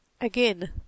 Again